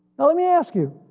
now let me ask you.